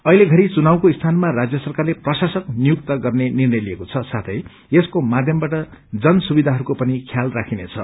वर्तमानमा चुनावको स्थानामा राज्य सरकारले प्रशासक नियुक्त गर्ने निर्णय लिएको छ साथै यसको माध्यमवाट जन सुविधाहरूको पनि यालल राखिनेछ